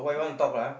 yeah